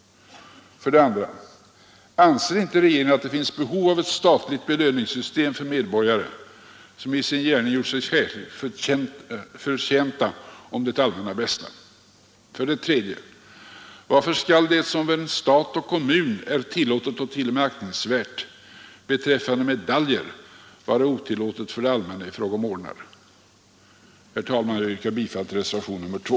För det andra: Anser inte regeringen att det finns behov av ett statligt belöningssystem för medborgare, som i sin gärning gjort sig särskilt förtjänta om det allmänna bästa? För det tredje: Varför skall det som för stat och kommuner är tillåtet och t.o.m. aktningsvärt beträffande medaljer vara otillåtet för det allmänna i fråga om ordnar? Herr talman! Jag yrkar bifall till reservationen 2.